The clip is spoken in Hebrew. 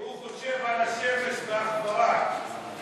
הוא חושב על השמש, יופי.